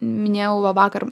minėjau va vakar